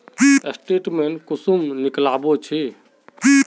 Statement कुंसम निकलाबो छी?